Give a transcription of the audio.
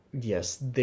Yes